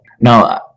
no